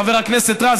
חבר הכנסת רז,